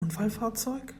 unfallfahrzeug